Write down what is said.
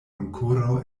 ankoraŭ